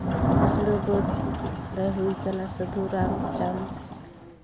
ᱠᱩᱥᱲᱟᱹᱵᱟᱹᱫᱽ ᱨᱮ ᱦᱩᱭ ᱠᱟᱱᱟ ᱥᱟᱹᱫᱷᱩ ᱨᱟᱢᱪᱟᱸᱫᱽ